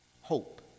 hope